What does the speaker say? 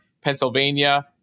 Pennsylvania